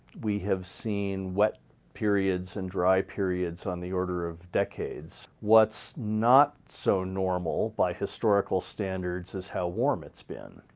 we have seen wet periods and dry periods on the order of decades. what's not so normal by historical standards is how warm it's been.